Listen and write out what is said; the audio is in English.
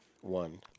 one